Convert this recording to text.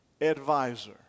advisor